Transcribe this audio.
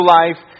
life